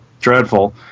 dreadful